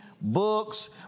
books